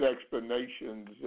explanations